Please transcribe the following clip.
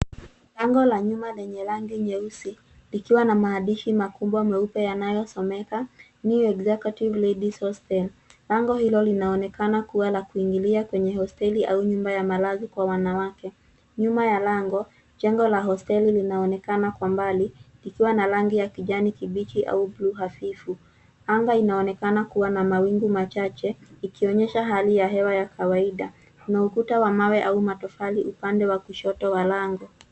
Lango la nyuma lenye rangi nyeusi, likiwa na maandishi makubwa meupe yanayosomeka, New Executive Ladies Hostel . Lango hilo linaonekana kuwa la kuingilia kwenye hosteli au nyumba ya malazi kwa wanawake. Nyuma ya lango, jengo la hosteli linaonekana kwa mbali, likiwa na rangi ya kijani kibichi au bluu hafifu. Anga inaonekana kuwa na mawingu machache, ikionyesha hali ya hewa ya kawaida. Kuna ukuta wa mawe au matofali upande wa kushoto wa lango.